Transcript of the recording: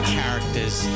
Characters